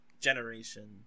generation